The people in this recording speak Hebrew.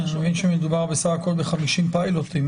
אני מבין שמדובר בסך הכול ב-50 פיילוטים.